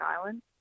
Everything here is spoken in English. Island